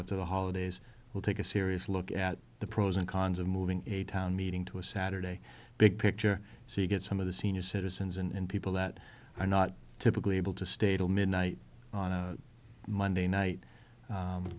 the holidays we'll take a serious look at the pros and cons of moving a town meeting to a saturday big picture so you get some of the senior citizens and people that are not typically able to stay till midnight on a monday night